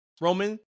Roman